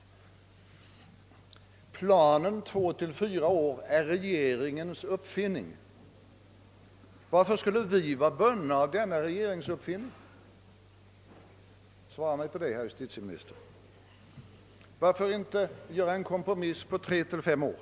Planen på två och fyra år är regeringens uppfinning. Varför skulle vi vara bundna av den? Svara på det, herr justitieminister! Varför inte göra en kompromiss på tre till fem år?